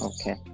Okay